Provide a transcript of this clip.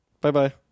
bye-bye